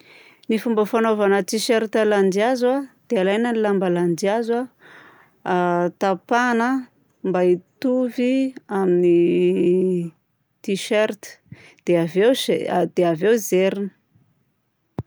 Ny fomba fanaovana t-shirt landihazo dia alaina ny lamba landihazo a, a tapahina mba hitovy amin'ny t-shirt dia avy eo zai- zairina.